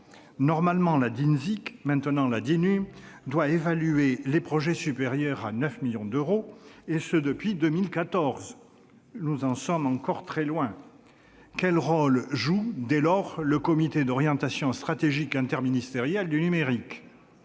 Normalement, la Dinsic, ou maintenant la Dinum, doit évaluer les projets supérieurs à 9 millions d'euros, et ce depuis 2014. Nous en sommes encore très loin. Quel rôle joue, dès lors, le comité d'orientation stratégique interministériel du numérique ?